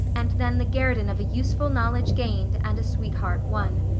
and then the guerdon of a useful knowledge gained and a sweet heart won.